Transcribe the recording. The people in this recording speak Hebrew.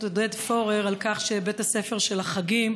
עודד פורר על כך שבית הספר של החגים,